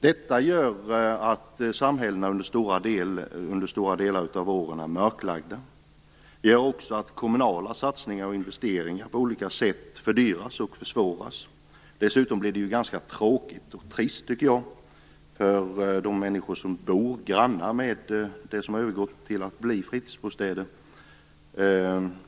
Detta gör att samhällena under stora delar av året är mörklagda. Det gör också att kommunala satsningar och investeringar på olika sätt fördyras och försvåras. Dessutom blir det ganska tråkigt och trist för de människor som bor grannar med det som har övergått till att bli fritidsbostäder.